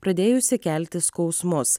pradėjusi kelti skausmus